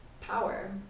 power